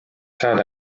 saada